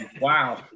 Wow